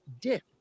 dip